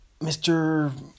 Mr